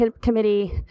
Committee